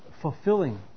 fulfilling